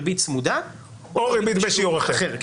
ריבית צמודה או ריבית בשיעור אחר.